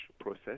process